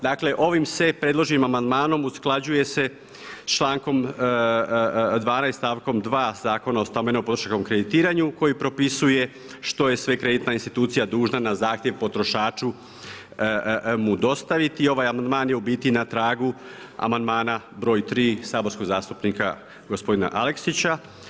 Dakle, ovim se predloženim amandmanom, usklađuje se s člankom 12., stavkom 2 Zakona o stambenom potrošačkom kreditiranju, koji propisuje što je sve kreditna institucija dužna na zahtjev potrošaču mu dostaviti i ovaj amandman je u biti na tragu amandmana broj 3. saborskog zastupnika gospodina Aleksića.